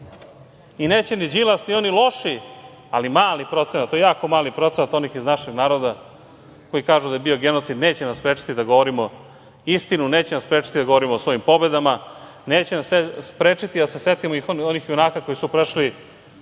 tome. Neće ni Đilas, ni oni loši, ali mali procenat, to je jako mali procenat onih iz našeg naroda, koji kažu da je bio genocid, neće nas sprečiti da govorimo istinu, neće nas sprečiti da govorimo o svojim pobedama, neće nas sprečiti da se setimo onih junaka koji su prešli